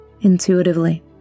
intuitively